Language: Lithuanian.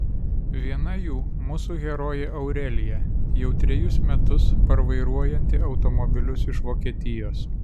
viena jų mūsų herojė aurelija jau trejus metus parvairuojanti automobilius iš vokietijos